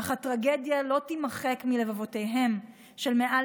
אך הטרגדיה לא תימחק מלבבותיהם של מעל